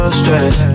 stress